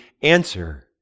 answer